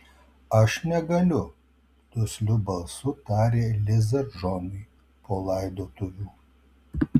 aš negaliu dusliu balsu tarė liza džonui po laidotuvių